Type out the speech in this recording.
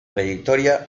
trayectoria